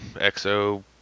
Xo